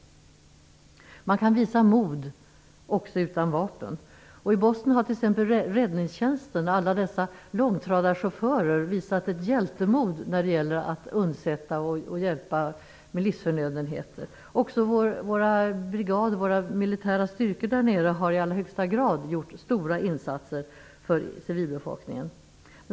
Man kan visa mod också utan vapen. I Bosnien har t.ex. Räddningstjänsten, alla dessa långtradarchaufförer, visat hjältemod när det gällt att undsätta och hjälpa med livsförnödenheter. Också våra brigader, våra militära styrkor där nere, har i allra högsta grad gjort stora insatser för civilbefolkningen.